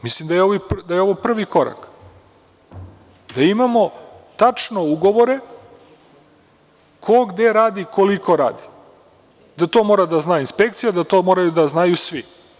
Mislim da je ovo prvi korak, da imamo tačno ugovore ko gde radi i koliko radi, da to mora da zna inspekcija, da to moraju da znaju svi.